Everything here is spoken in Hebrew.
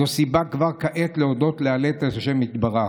זו סיבה כבר כעת להודות ולהלל את ה' יתברך.